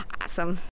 awesome